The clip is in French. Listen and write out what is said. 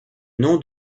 nom